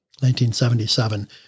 1977